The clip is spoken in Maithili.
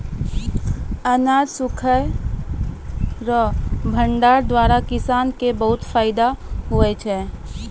अनाज सुखाय रो भंडारण द्वारा किसान के बहुत फैदा हुवै छै